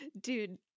dude